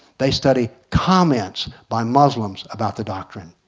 they study comments by muslims about the doctrine.